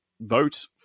vote